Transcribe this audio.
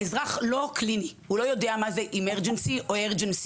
האזרח הוא לא קליני; הוא לא יודע מה זה Emergency או Urgency.